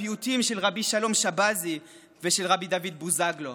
הפיוטים של רבי שלום שבזי ושל רבי דוד בוזגלו.